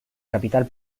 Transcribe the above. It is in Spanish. capital